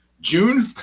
June